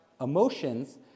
emotions